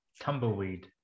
Tumbleweed